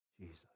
Jesus